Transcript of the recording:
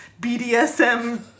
BDSM